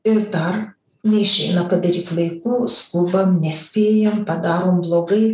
ir dar neišeina padaryt laiku skubam nespėjam padarom blogai